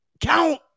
count